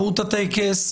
מהות הטקס,